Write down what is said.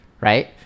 right